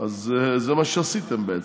אז זה מה שעשיתם בעצם.